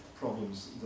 problems